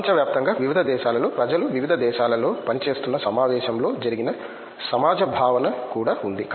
ప్రపంచవ్యాప్తంగా వివిధ దేశాలలో ప్రజలు వివిధ దేశాలలో పనిచేస్తున్న సమావేశంలో జరిగే సమాజ భావన కూడా ఉంది